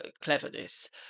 cleverness